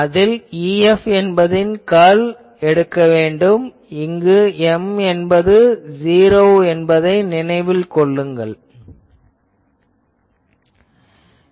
அதில் EF என்பதின் curl எடுக்க வேண்டும் இங்கு M என்பது '0' என்பதை நினைவில் கொண்டு கண்டுபிடியுங்கள்